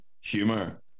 humor